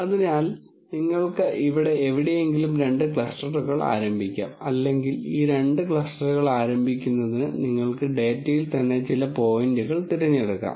അതിനാൽ നിങ്ങൾക്ക് ഇവിടെ എവിടെയെങ്കിലും രണ്ട് ക്ലസ്റ്ററുകൾ ആരംഭിക്കാം അല്ലെങ്കിൽ ഈ രണ്ട് ക്ലസ്റ്ററുകൾ ആരംഭിക്കുന്നതിന് നിങ്ങൾക്ക് ഡാറ്റയിൽ തന്നെ ചില പോയിന്റുകൾ തിരഞ്ഞെടുക്കാം